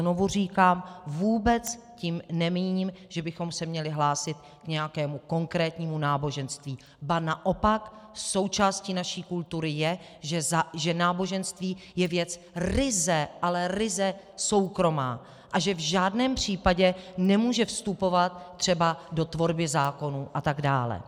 Znovu říkám, vůbec tím nemíním, že bychom se měli hlásit k nějakému konkrétnímu náboženství, ba naopak, součástí naší kultury je, že náboženství je věc ryze, ale ryze soukromá a že v žádném případě nemůže vstupovat třeba do tvorby zákonů a tak dále.